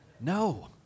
No